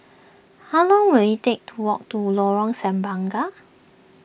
how long will it take to walk to Lorong Semangka